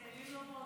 צאלים לא בעוטף.